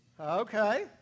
Okay